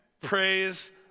Praise